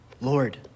Lord